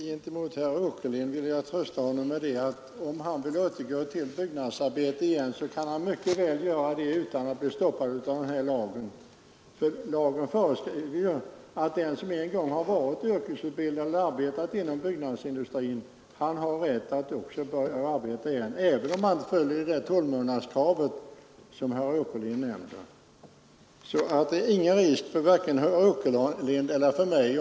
Herr talman! Jag vill trösta herr Åkerlind med att om han vill återgå till byggnadsarbete kan han mycket väl göra det utan att bli stoppad av den här lagen. I den förutsätts nämligen att den som en gång är yrkesutbildad och har arbetat inom byggnadsindustrin skall ha rätt att få sådant arbete igen, även om han inte uppfyller tolvmånaderskravet. Det är alltså ingen risk vare sig för herr Åkerlind eller mig.